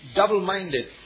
double-minded